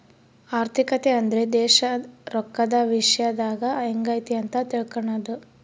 ಆರ್ಥಿಕತೆ ಅಂದ್ರೆ ದೇಶ ರೊಕ್ಕದ ವಿಶ್ಯದಾಗ ಎಂಗೈತೆ ಅಂತ ತಿಳ್ಕನದು